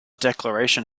declaration